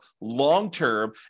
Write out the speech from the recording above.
long-term